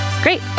Great